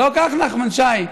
לא כך, נחמן שי?